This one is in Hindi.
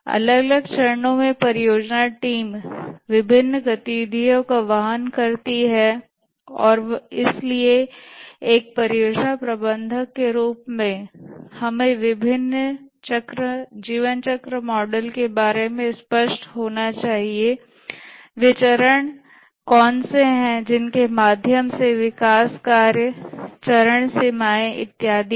अलग अलग चरणों में परियोजना टीम विभिन्न गतिविधियों का वहन करती है और इसलिए एक परियोजना प्रबंधक के रूप में हमें विभिन्न जीवन चक्र मॉडल के बारे में स्पष्ट होना चाहिए वे कौन से चरण हैं जिनके माध्यम से विकास कार्य चरण सीमाएं इत्यादि है